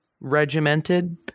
regimented